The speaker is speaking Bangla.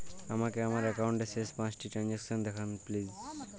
আমাকে আমার একাউন্টের শেষ পাঁচটি ট্রানজ্যাকসন দেখান প্লিজ